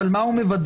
אבל מה הוא מוודא?